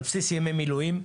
על בסיס ימי המילואים.